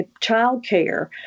childcare